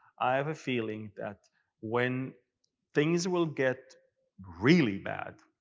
i have a feeling that when things will get really bad,